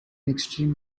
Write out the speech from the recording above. extreme